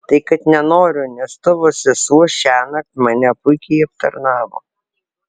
tai kad nenoriu nes tavo sesuo šiąnakt mane puikiai aptarnavo